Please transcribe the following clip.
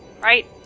right